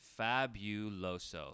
fabuloso